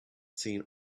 seen